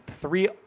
three